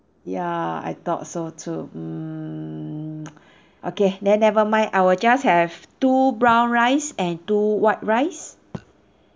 ya I thought so too mm okay then never mind I will just have two brown rice and two white rice